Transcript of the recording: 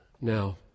Now